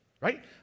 right